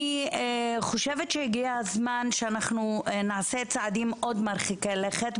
אני חושבת שהגיע הזמן שאנחנו נעשה צעדים עוד מרחיקי לכת,